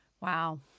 wow